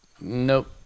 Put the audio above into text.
Nope